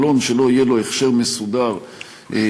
מלון שלא יהיה לו הכשר מסודר מהרבנות,